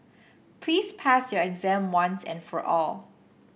please pass your exam once and for all